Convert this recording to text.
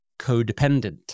codependent